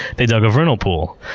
they dug a vernal pool.